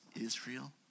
Israel